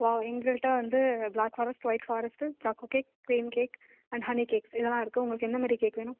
wow எங்கள்கிட்ட வந்து black forest white forest choco cake cream cake and honey cakes இதெல்லாம் இருக்கு உங்களுக்கு எந்த மாரி கேக் வேணும்